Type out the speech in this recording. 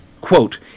Quote